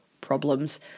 problems